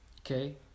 okay